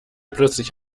plötzlich